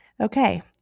Okay